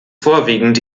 vorwiegend